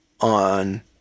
on